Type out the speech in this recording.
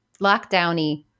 lockdown-y